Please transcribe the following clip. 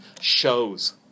shows